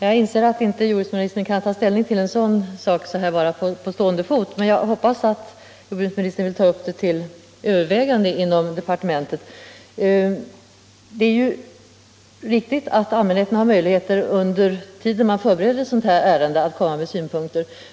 Herr talman! Jag inser att jordbruksministern inte kan ta ställning till ett förslag om ombudsman på stående fot, men jag hoppas att han vill ta upp det till övervägande inom departementet. Det är riktigt att allmänheten har möjligheter att under tiden ett ärende förbereds komma med synpunkter.